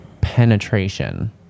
penetration